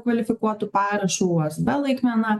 kvalifikuotu parašu usb laikmena